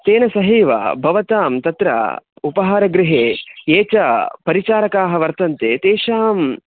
तेन सहैव भवतां तत्र उपहारगृहे ये च परिचारकाः वर्तन्ते तेषां